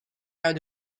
how